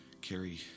carry